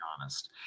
honest